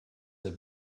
have